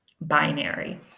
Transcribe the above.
binary